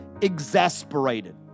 exasperated